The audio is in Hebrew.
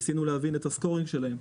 ניסינו להבין את הסקורינג שלהן.